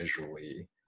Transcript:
visually